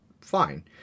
fine